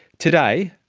today,